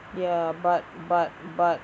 ya but but but